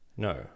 No